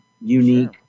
unique